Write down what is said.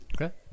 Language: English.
Okay